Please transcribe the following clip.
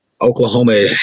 Oklahoma